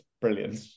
brilliant